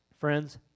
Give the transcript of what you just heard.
Friends